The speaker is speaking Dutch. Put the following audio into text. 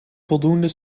voldoende